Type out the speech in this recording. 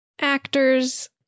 actors